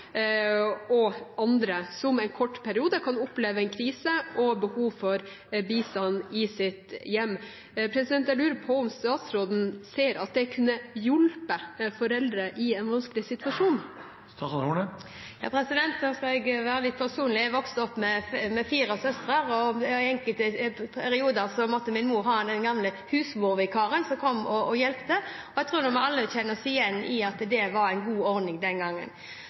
og andre som en kort periode kan oppleve en krise og ha behov for bistand i sitt hjem. Jeg lurer på om statsråden ser at det kunne hjulpet foreldre i en vanskelig situasjon. Da skal jeg være litt personlig. Jeg vokste opp med fire søstre, og i enkelte perioder måtte min mor ha den gamle husmorvikaren, som kom og hjalp til. Jeg tror vi alle kan kjenne oss igjen i at det var en god ordning, den gangen.